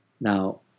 Now